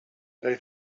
they